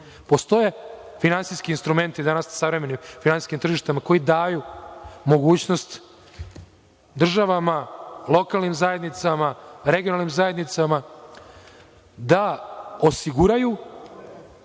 budžete. Postoje finansijski instrumenti na finansijskim tržištima koji daju mogućnost državama, lokalnim zajednicama, regionalnim zajednicama da se osiguraju